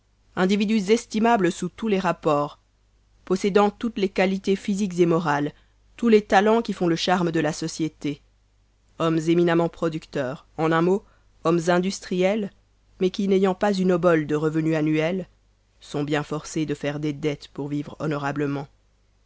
individus estimables sous tous les rapports possédant toutes les qualités physiques et morales tous les talens qui font le charme de la société hommes éminemment producteurs en un mot hommes industriels mais qui n'ayant pas une obole de revenu annuel sont bien forcés de faire des dettes pour vivre honorablement